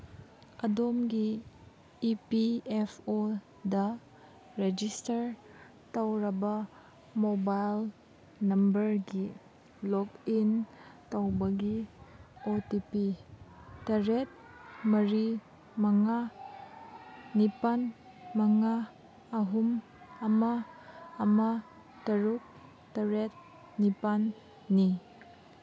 ꯑꯗꯣꯝꯒꯤ E P F O register ꯇꯧꯔꯕ mobile ꯅꯝꯕꯔꯒꯤ ꯂꯣꯛꯏꯟ ꯇꯧꯕꯒꯤ ꯑꯣ ꯇꯤ ꯄꯤ ꯇꯔꯦꯠ ꯃꯔꯤ ꯃꯉꯥ ꯅꯤꯄꯥꯟ ꯃꯉꯥ ꯑꯍꯨꯝ ꯑꯃ ꯑꯃ ꯇꯔꯨꯛ ꯇꯔꯦꯠ ꯅꯤꯄꯥꯟꯅꯤ